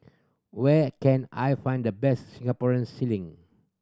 where can I find the best Singaporean ceiling